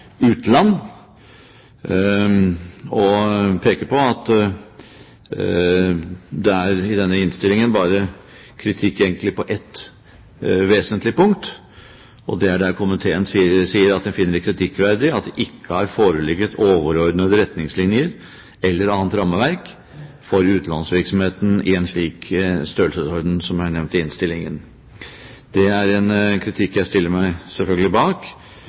Utland og peke på at det i denne innstillingen egentlig bare er kritikk på ett vesentlig punkt. Det er der komiteen sier at den «finner det kritikkverdig at det ikke har foreligget overordnede retningslinjer eller annet rammeverk for utlånsvirksomhet i en slik størrelsesorden» som er nevnt i innstillingen. Det er en kritikk jeg selvfølgelig stiller meg bak.